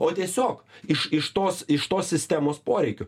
o tiesiog iš iš tos iš tos sistemos poreikių